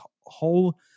whole